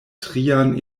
trian